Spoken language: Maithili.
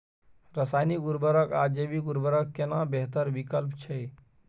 रसायनिक उर्वरक आ जैविक उर्वरक केना बेहतर विकल्प छै?